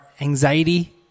anxiety